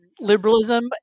liberalism